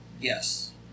Yes